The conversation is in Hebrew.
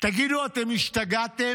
תגידו, אתם השתגעתם?